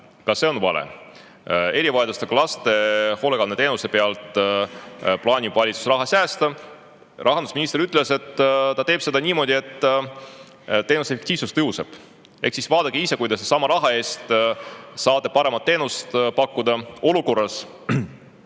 Ka see on vale. Erivajadustega laste hoolekandeteenuse pealt plaanib valitsus raha säästa. Rahandusminister ütles, et seda [tööd] tuleb teha niimoodi, et teenuse efektiivsus tõuseb. Ehk siis vaadake ise, kuidas te sellesama raha eest saate paremat teenust pakkuda olukorras,